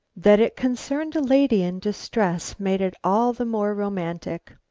that it concerned a lady in distress made it all the more romantic.